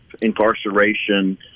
incarceration